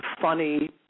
funny